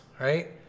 right